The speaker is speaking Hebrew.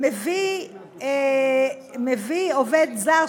מביא עובד זר,